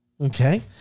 Okay